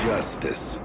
Justice